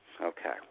Okay